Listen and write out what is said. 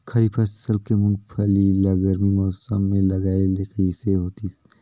खरीफ फसल के मुंगफली ला गरमी मौसम मे लगाय ले कइसे होतिस?